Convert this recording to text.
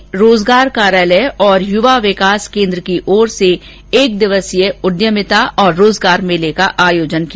नागौर में रोजगार कार्यालय और युवा विकास केन्द्र की ओर से एक दिवसीय उद्यमिता और रोजगार मेले का आयोजन किया